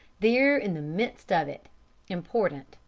there in the midst of it important,